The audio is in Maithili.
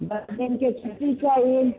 दश दिनके छुट्टी चाही